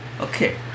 Okay